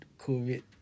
COVID